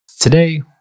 Today